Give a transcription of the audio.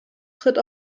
tritt